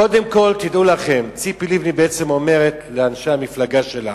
קודם כול, ציפי לבני בעצם אומרת לאנשי המפלגה שלה: